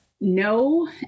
no